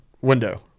window